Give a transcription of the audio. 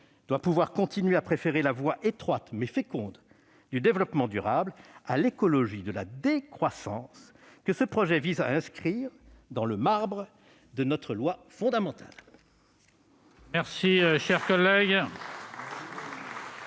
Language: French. doit pouvoir continuer à préférer la voie étroite, mais féconde, du développement durable à l'écologie de la décroissance que ce projet vise à inscrire dans le marbre de notre loi fondamentale. La discussion